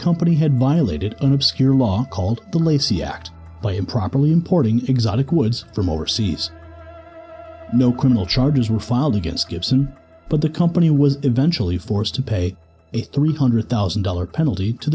company had violated an obscure law called the lacy act by improperly importing exotic woods from overseas no criminal charges were filed against gibson but the company was eventually forced to pay a three hundred thousand dollars penalty to